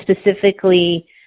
specifically